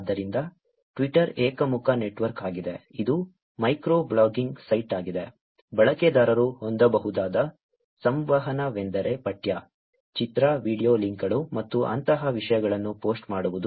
ಆದ್ದರಿಂದ ಟ್ವಿಟರ್ ಏಕಮುಖ ನೆಟ್ವರ್ಕ್ ಆಗಿದೆ ಇದು ಮೈಕ್ರೋ ಬ್ಲಾಗಿಂಗ್ ಸೈಟ್ ಆಗಿದೆ ಬಳಕೆದಾರರು ಹೊಂದಬಹುದಾದ ಸಂವಹನವೆಂದರೆ ಪಠ್ಯ ಚಿತ್ರ ವೀಡಿಯೊ ಲಿಂಕ್ಗಳು ಮತ್ತು ಅಂತಹ ವಿಷಯಗಳನ್ನು ಪೋಸ್ಟ್ ಮಾಡುವುದು